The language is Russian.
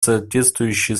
соответствующие